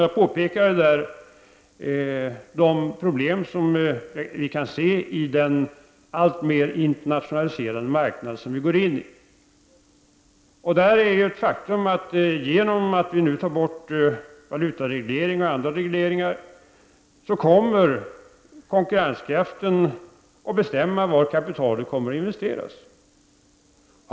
Jag påpekade då de problem som vi kan förutse på den alltmer internationaliserade marknad som vi går in på. Genom avvecklandet av valutaregleringar och andra regleringar kommer företagens konkurrenskraft att avgöra var kapitalet kommer att investeras.